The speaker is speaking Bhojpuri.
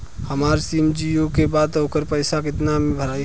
हमार सिम जीओ का बा त ओकर पैसा कितना मे भराई?